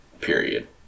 period